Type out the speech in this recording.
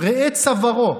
ראה צווארו,